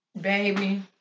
baby